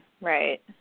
right